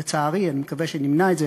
לצערי, אני מקווה שנמנע את זה,